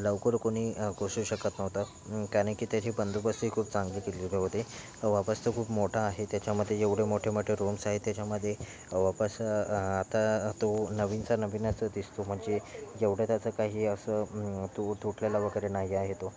लवकर कोणी घुसू शकत नव्हतं त्याने की त्याची बंदोबस्त ही खूप चांगली केलेली होती वापस तर खूप मोठा आहे त्याच्यामध्ये एवढे मोठे मोठे रूम्स आहेत त्याच्यामदे वापस आता तो नवीनचा नवीनाच दिसतो म्हणजे जेवढ्या त्याचं काही असं तु तुटलेला वगैरे नाही आहे तो